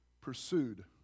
pursued